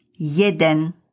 jeden